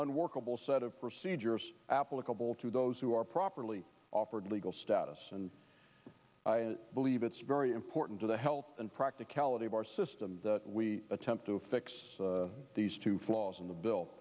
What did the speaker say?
unworkable set of procedures applicable to those who are properly offered legal status and believe it's very important to the health and practicality of our system that we attempt to fix these two flaws in the bill